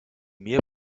mir